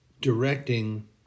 directing